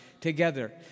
together